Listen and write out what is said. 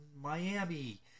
Miami